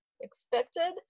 expected